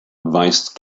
weist